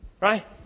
Right